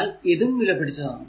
എന്നാൽ ഇതും വിലപിടിച്ചതാണ്